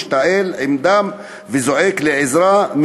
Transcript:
משתעל עם דם וזועק לעזרה,